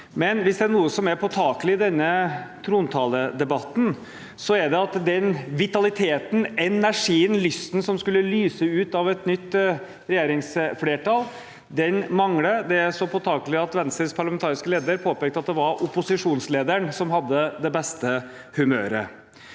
Men hvis det er noe som er påtakelig i denne trontaledebatten, er det at den vitaliteten, den energien, den lysten som skulle lyse ut av et nytt regjeringsflertall, mangler. Det er så påtakelig at Venstres parlamentariske leder påpekte at det var opposisjonslederen som hadde det beste humøret.